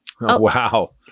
Wow